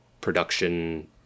production